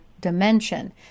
dimension